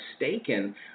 mistaken